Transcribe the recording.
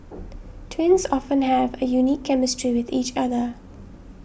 twins often have a unique chemistry with each other